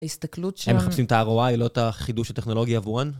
ההסתכלות של... הם מחפשים את הroi, לא את החידוש הטכנולוגי עבורן?